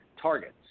Targets